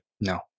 No